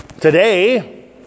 today